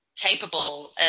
capable